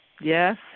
Yes